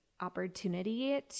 opportunity